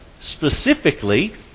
specifically